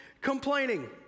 complaining